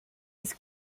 his